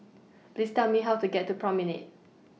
Please Tell Me How to get to Promenade